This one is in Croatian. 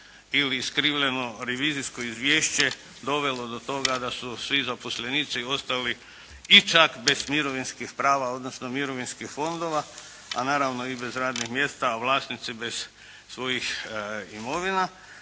ili skriveno revizijskog izvješće dovelo do toga da su svi zaposlenici ostali i čak bez mirovinskih prava, odnosno mirovinskih fondova, a naravno i bez radnih mjesta, a vlasnici bez svojih imovina,